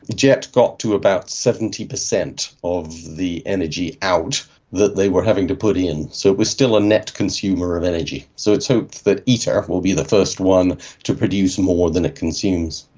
jet got to about seventy percent of the energy out that they were having to put in. so it was still a net consumer of energy. so it's hoped that iter ah will be the first one to produce more than it consumes.